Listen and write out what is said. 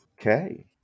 Okay